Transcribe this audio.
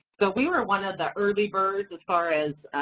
so we were one of the early birds as far as,